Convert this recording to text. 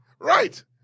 Right